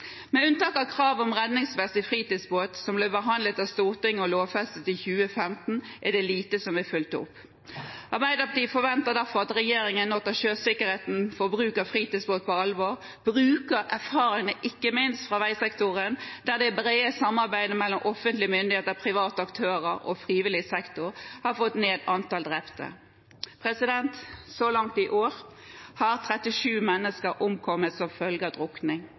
Med unntak av kravet om redningsvest i fritidsbåt, som ble behandlet av Stortinget og lovfestet i 2015, er det lite som er fulgt opp. Arbeiderpartiet forventer derfor at regjeringen nå tar sjøsikkerheten ved bruk av fritidsbåt på alvor, og bruker erfaringene ikke minst fra veisektoren, der det brede samarbeidet mellom offentlige myndigheter, private aktører og frivillig sektor har fått ned antallet drepte. Så langt i år har 37 mennesker omkommet som følge av drukning